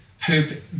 poop